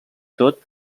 tot